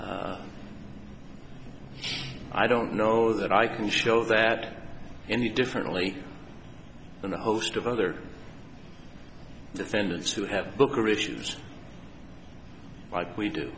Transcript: i don't know that i can show that any differently than the host of other defendants who have book or issues like